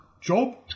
job